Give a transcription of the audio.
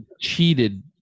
cheated